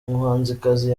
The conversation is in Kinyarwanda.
umuhanzikazi